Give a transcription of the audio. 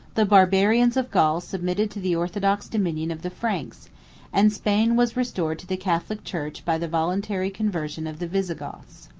the barbarians of gaul submitted to the orthodox dominion of the franks and spain was restored to the catholic church by the voluntary conversion of the visigoths.